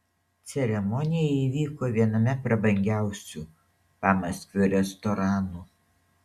ceremonija įvyko viename prabangiausių pamaskvio restoranų